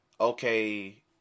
okay